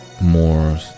more